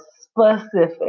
specific